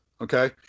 Okay